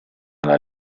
alla